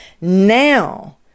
Now